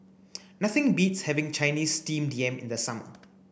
Nothing beats having Chinese steamed yam in the summer